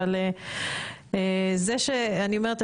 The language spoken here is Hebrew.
אבל אני אומרת,